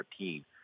2014